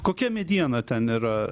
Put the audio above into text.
kokia mediena ten yra